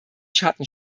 schatten